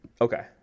Okay